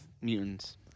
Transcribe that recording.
Mutants